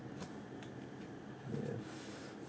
ya